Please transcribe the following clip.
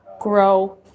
grow